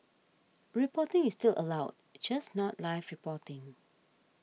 reporting is still allowed just not live reporting